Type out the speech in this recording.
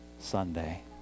Sunday